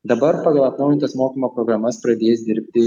dabar pagal atnaujintas mokymo programas pradės dirbti